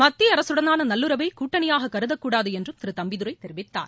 மத்திய அரசுடனான நல்லூறவை கூட்டணியாக கருதக்கூடாது என்றும் திரு தம்பிதுரை தெரிவித்தார்